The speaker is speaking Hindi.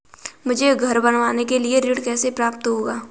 मुझे घर बनवाने के लिए ऋण कैसे प्राप्त होगा?